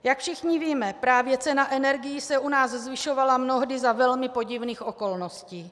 Jak všichni víme, právě cena energií se u nás zvyšovala mnohdy za velmi podivných okolností.